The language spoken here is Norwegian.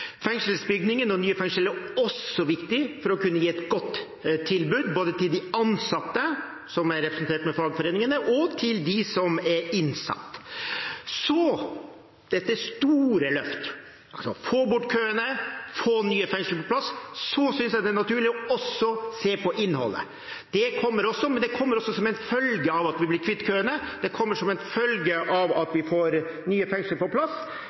og nye fengsler er også viktig for å kunne gi et godt tilbud til både de ansatte, som er representert ved fagforeningene, og de innsatte. Dette er store løft: få bort køene og få nye fengsler på plass. Så synes jeg det er naturlig også å se på innholdet. Det kommer også, men det kommer som en følge av at vi blir kvitt køene, og som en følge av at vi får nye fengsler på plass.